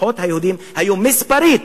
הכוחות היהודיים היו, מספרית,